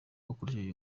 bakoresheje